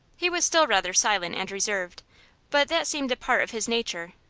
he was still rather silent and reserved but that seemed a part of his nature,